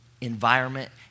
environment